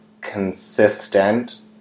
consistent